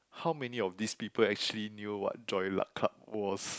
how many of these people actually knew what joy luck club was